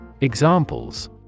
Examples